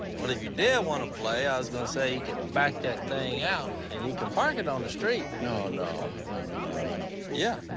well, if you did wanna play, i was gonna say you can back that thing out, and you can park it on the street. no, no. no, no, no, no, no, no. yeah.